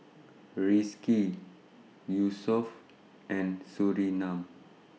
Rizqi Yusuf and Surinam